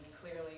clearly